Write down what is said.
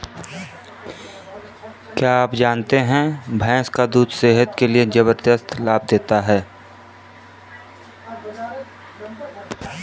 क्या आप जानते है भैंस का दूध सेहत के लिए जबरदस्त लाभ देता है?